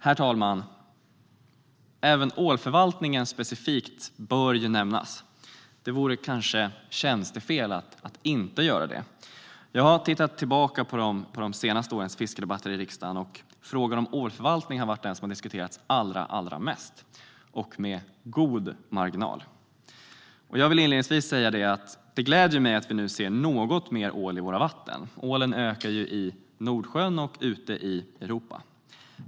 Herr talman! Även ålförvaltningen specifikt bör nämnas. Det vore kanske tjänstefel att inte göra det. Jag har tittat tillbaka på de senaste årens fiskedebatter i riksdagen, och ålförvaltningen har varit den fråga som diskuterats allra mest - med god marginal. Jag vill inledningsvis säga att det gläder mig att vi nu ser mer ål i våra vatten. Ålen ökar i Nordsjön och ute i Europa.